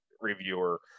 reviewer